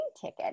ticket